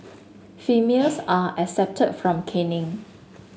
females are excepted from caning